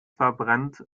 verbrennt